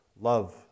love